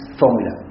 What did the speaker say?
formula